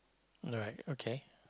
alright okay